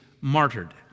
martyred